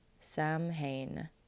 Samhain